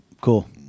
Cool